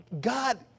God